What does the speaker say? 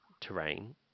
terrain